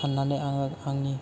साननानै आङो आंनि